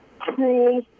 cruel